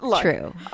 true